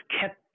kept